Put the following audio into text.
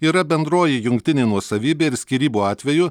yra bendroji jungtinė nuosavybė ir skyrybų atveju